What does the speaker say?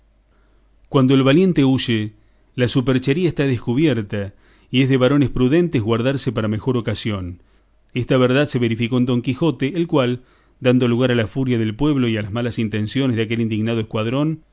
cuando el valiente huye la superchería está descubierta y es de varones prudentes guardarse para mejor ocasión esta verdad se verificó en don quijote el cual dando lugar a la furia del pueblo y a las malas intenciones de aquel indignado escuadrón